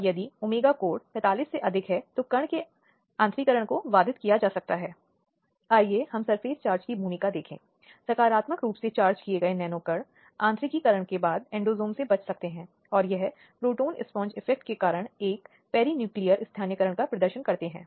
अब इस संदर्भ में बोलते समय बलात्कार के अपराध के संबंध में विभिन्न प्रकार के यौन उत्पीड़न के संबंध में महिला बालिका इत्यादि से यौन शोषण का अपराध किया गया है